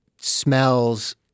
smells